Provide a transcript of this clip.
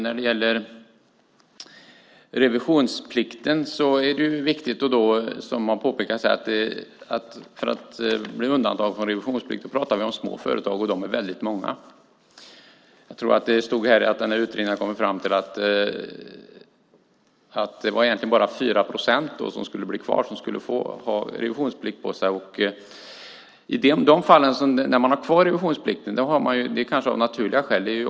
När det gäller revisionsplikten är det viktigt att notera, som har påpekats här, att när vi pratar om undantag handlar det om små företag, och de är väldigt många. Jag tror att det stod att utredningen har kommit fram till att det egentligen var bara 4 procent som fortfarande skulle ha revisionsplikt. I de fallen där man har kvar revisionsplikten har man det kanske av naturliga skäl.